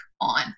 on